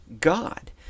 God